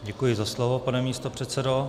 Děkuji za slovo, pane místopředsedo.